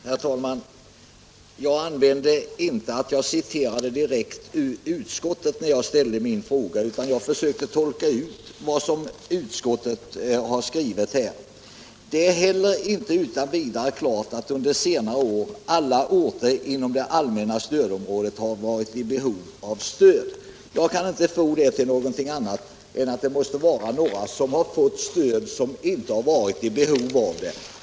Herr talman! Jag sade inte att jag citerade direkt ur utskottsbetänkandet när jag ställde min fråga utan jag försökte tolka vad utskottet skrivit: ”Det är heller inte utan vidare klart att under senare år alla orter inom det allmänna stödområdet har varit i behov av stöd.” Jag kan inte få det till någonting annat än att några orter måste ha fått stöd som inte har varit i behov av det.